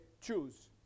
choose